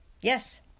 Yes